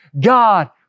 God